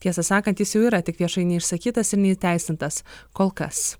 tiesą sakant jis jau yra tik viešai neišsakytas ir neįteisintas kol kas